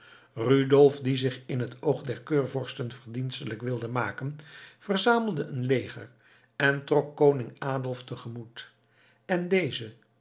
rudolf die zich in het oog der keurvorsten verdienstelijk wilde maken verzamelde een leger en trok koning adolf tegemoet en deze